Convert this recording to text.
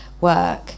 work